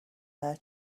their